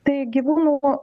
tai gyvūnų